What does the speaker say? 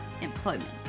employment